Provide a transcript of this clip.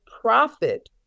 profit